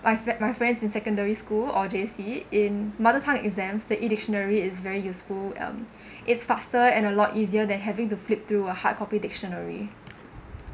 my friend my friends in secondary school or J_C in mother tongue exams the E dictionary is very useful um it's faster and a lot easier than having to flip through a hard copy dictionary